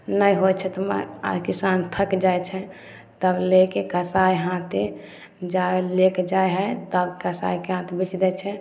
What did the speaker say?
नहि होइ छै तऽ आर किसान थक जाइ छै तब लेके कसाइ हाथे जा लेके जाइ हइ तब कसाइके हाथ बेच दै छै